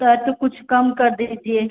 या तो कुछ कम कर दीजिए